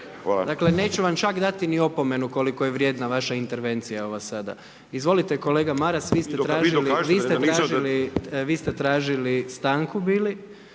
Dakle, neću vam čak dati ni opomenu koliko je vrijedna vaša intervencija ova sada, izvolite kolega Maras vi ste tražili stanku bili.